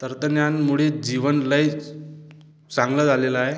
तंत्रज्ञानामुळे जीवन लयच चांगलं झालेलं आहे